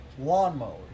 Lawnmowers